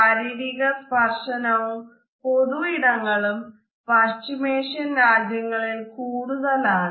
ശാരീരിക സ്പർശനവും പൊതു ഇടങ്ങളും പശ്ചിമേഷ്യൻ രാജ്യങ്ങളിൽ കൂടുതലാണ്